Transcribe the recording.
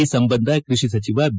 ಈ ಸಂಬಂಧ ಕೃಷಿ ಸಚಿವ ಬಿ